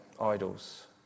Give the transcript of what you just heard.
idols